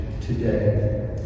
today